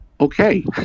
Okay